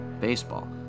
baseball